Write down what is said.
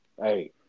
hey